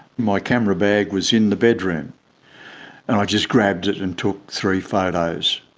my camera bag was in the bedroom and i just grabbed it and took three photos.